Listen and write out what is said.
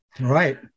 Right